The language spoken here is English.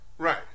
Right